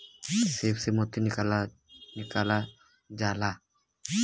सीप से मोती निकालल जाला